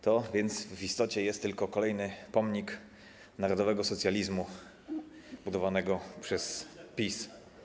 To jest w istocie tylko kolejny pomnik narodowego socjalizmu budowanego przez PiS.